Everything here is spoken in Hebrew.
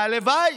והלוואי